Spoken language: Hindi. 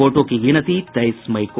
वोटों की गिनती तेईस मई को